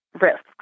risks